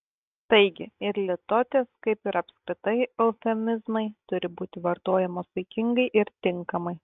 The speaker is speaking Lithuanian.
taigi ir litotės kaip ir apskritai eufemizmai turi būti vartojamos saikingai ir tinkamai